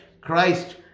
Christ